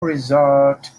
resort